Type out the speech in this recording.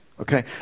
okay